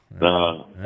No